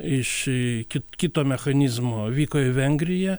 iš kit kito mechanizmo vyko į vengriją